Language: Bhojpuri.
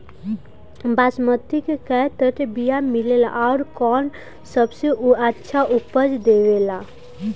बासमती के कै तरह के बीया मिलेला आउर कौन सबसे अच्छा उपज देवेला?